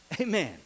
Amen